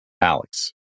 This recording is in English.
Alex